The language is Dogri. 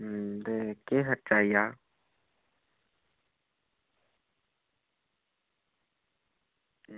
अं ते केह् खर्चा आई जाह्ग